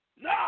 No